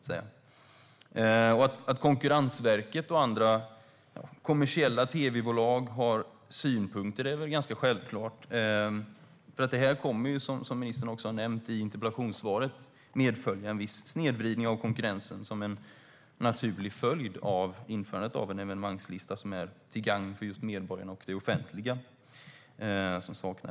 Att Konkurrensverket och en del kommersiella tv-bolag har synpunkter är självklart, för detta kommer ju, som ministern också nämnde i interpellationssvaret, att medföra en viss snedvridning av konkurrensen. Det är en naturlig följd av införandet av en evenemangslista som är till gagn för medborgarna och det offentliga.